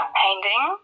painting